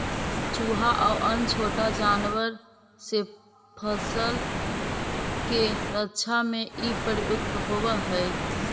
चुहा आउ अन्य छोटा जानवर से फसल के रक्षा में इ प्रयुक्त होवऽ हई